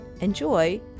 Enjoy